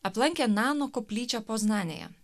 aplankė nano koplyčią poznanėje